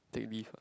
take leave ah